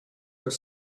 are